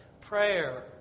prayer